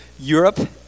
europe